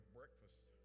breakfast